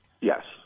Yes